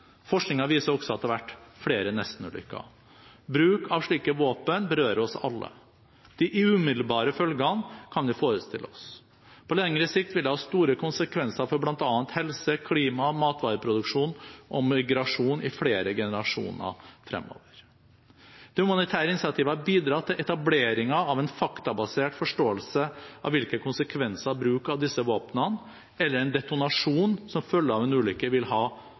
Forskningen viser også at det har vært flere nesten-ulykker. Bruk av slike våpen berører oss alle. De umiddelbare følgene kan vi forestille oss. På lengre sikt vil det ha store konsekvenser for bl.a. helse, klima, matvareproduksjon og migrasjon i flere generasjoner fremover. Det humanitære initiativet har bidratt til etableringen av en faktabasert forståelse av hvilke konsekvenser bruk av disse våpnene, eller en detonasjon som følge av en ulykke, vil ha